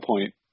point